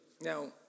Now